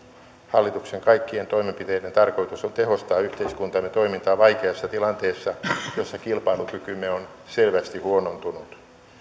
hallituksen kaikkien toimenpiteiden tarkoitus on tehostaa yhteiskuntamme toimintaa vaikeassa tilanteessa jossa kilpailukykymme on selvästi huonontunut